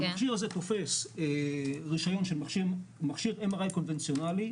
המכשיר הזה תופס רישיון של מכשיר MRI קונבנציואלי.